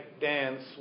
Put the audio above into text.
dance